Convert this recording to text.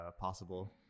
possible